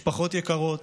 משפחות יקרות,